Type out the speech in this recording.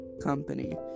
company